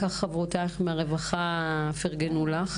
כך חברותייך מהרווחה פרגנו לך.